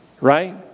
right